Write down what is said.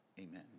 Amen